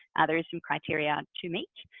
there is some criteria to meet.